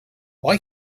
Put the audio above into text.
why